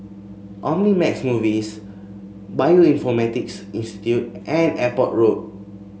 Omnimax Movies Bioinformatics Institute and Airport Road